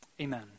Amen